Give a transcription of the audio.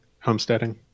homesteading